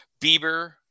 Bieber